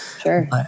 Sure